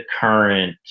current